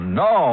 no